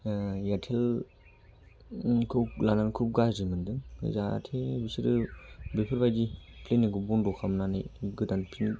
एयारटेलखौ लानानै खुब गाज्रि मोनदों जाहाथे बिसोरो बेफोरबायदि प्लेनिंखौ बन्द खालामनानै गोदान प्लेन